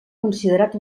considerat